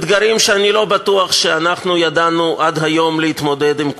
אתגרים שאני לא בטוח שאנחנו ידענו עד היום להתמודד עם כולם.